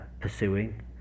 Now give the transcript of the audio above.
pursuing